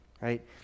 Right